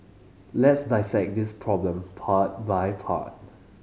let's dissect this problem part by part